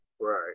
Right